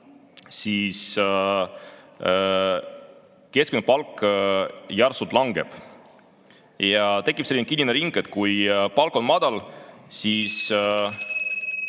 siis keskmine palk järsult langeb. Ja tekib selline kinnine ring, et kui palk on madal, siis